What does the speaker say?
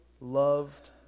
loved